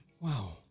Wow